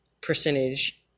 percentage